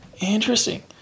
Interesting